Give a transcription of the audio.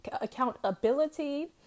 accountability